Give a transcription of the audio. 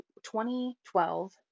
2012